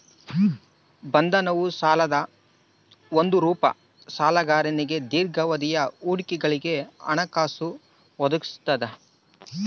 ಬಂಧವು ಸಾಲದ ಒಂದು ರೂಪ ಸಾಲಗಾರನಿಗೆ ದೀರ್ಘಾವಧಿಯ ಹೂಡಿಕೆಗಳಿಗೆ ಹಣಕಾಸು ಒದಗಿಸ್ತದ